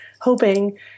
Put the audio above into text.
hoping